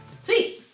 Sweet